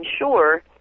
ensure